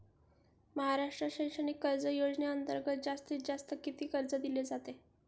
महाराष्ट्र शैक्षणिक कर्ज योजनेअंतर्गत जास्तीत जास्त किती कर्ज दिले जाते?